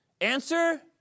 Answer